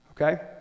okay